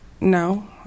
no